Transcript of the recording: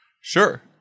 Sure